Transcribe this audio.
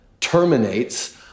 terminates